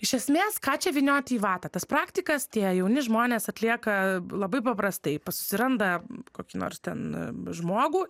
iš esmės ką čia vyniot į vatą tas praktikas tie jauni žmonės atlieka labai paprastai p susiranda kokį nors ten žmogų